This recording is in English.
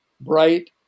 bright